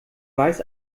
weiß